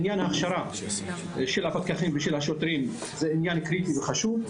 עניין הכשרת הפקחים והשוטרים זה עניין קריטי וחשוב.